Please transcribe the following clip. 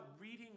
reading